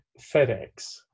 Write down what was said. FedEx